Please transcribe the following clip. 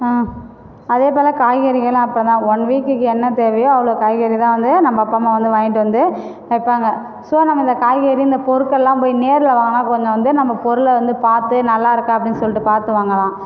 அதே போல காய்கறிகளும் அப்படி தான் ஒன் வீக்குக்கு என்ன தேவையோ அவ்வளோ காய்கறி தான் வந்து நம்ம அப்பா அம்மா வந்து வாங்கிட்டு வந்து வைப்பாங்கள் ஸோ நம்ம இந்த காய்கறி இந்த பொருட்கள்லாம் போய் நேரில் வாங்குனால் கொஞ்சம் வந்து நம்ம பொருள் வந்து பார்த்து நல்லா இருக்கா அப்படின்னு சொல்லிட்டு பார்த்து வாங்கலாம்